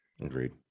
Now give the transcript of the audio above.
Agreed